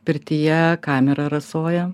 pirtyje kamera rasoja